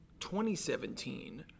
2017